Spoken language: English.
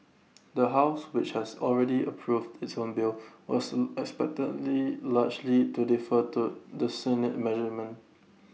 the house which has already approved its own bill was expectedly largely to defer to the Senate measurement